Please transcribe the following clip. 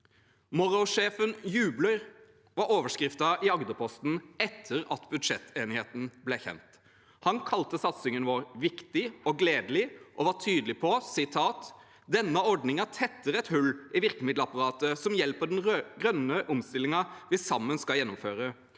Morrow-sjefen jubler var overskriften i Agderposten etter at budsjettenigheten ble kjent. Han kalte satsingen vår «viktig og gledelig» og var tydelig: «Denne ordningen tetter et hull i virkemiddelapparatet som hjelper den grønne omstillingen vi sammen skal gjennomføre.»